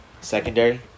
secondary